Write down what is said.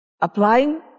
Applying